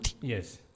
Yes